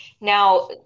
Now